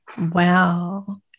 Wow